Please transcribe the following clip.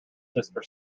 sister